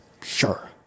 Sure